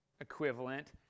equivalent